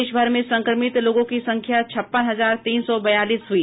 देश भर में संक्रमित लोगों की संख्या छप्पन हजार तीन सौ बयालीस हुई